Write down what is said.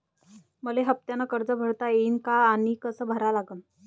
मले हफ्त्यानं कर्ज भरता येईन का आनी कस भरा लागन?